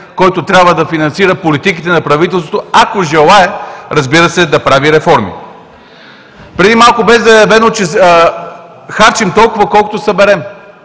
който трябва да финансира политиките на правителството, ако желае, разбира се, да прави реформи. Преди малко бе заявено, че харчим толкова, колкото съберем.